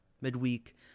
midweek